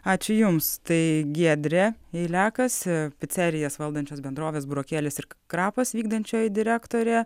ačiū jums tai giedrė eilekas picerijas valdančios bendrovės burokėlis ir krapas vykdančioji direktorė